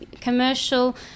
commercial